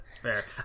Fair